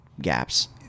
gaps